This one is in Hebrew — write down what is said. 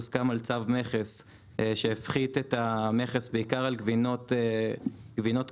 הוסכם על צו מכס שמפחית את המכס על גבינות קשות.